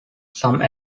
some